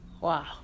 Wow